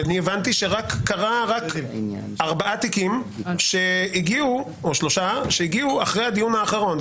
הבנתי שרק ארבעה תיקים או שלושה שהגיעו אחרי הדיון האחרון.